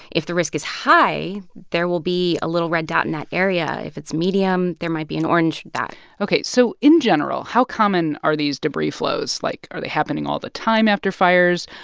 if the risk is high, there will be a little red dot in that area. if it's medium, there might be an orange dot ok, so, in general, how common are these debris flows? like, are they happening all the time after fires?